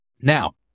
Now